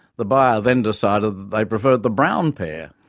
the buyer then decided that they preferred the brown pair!